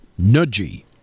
nudgy